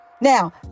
Now